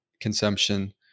consumption